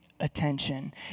attention